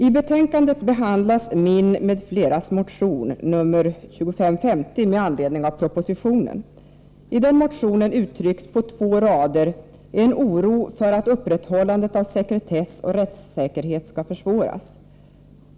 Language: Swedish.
I betänkandet behandlas min och några medmotionärers motion 2550 med anledning av propositionen. I den motionen uttrycks på två rader en oro för att upprätthållandet av sekretess och rättssäkerhet skall försvåras.